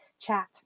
chat